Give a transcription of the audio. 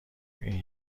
این